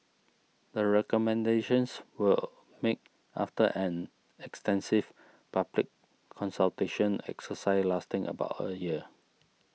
the recommendations were made after an extensive public consultation exercise lasting about a year